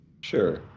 Sure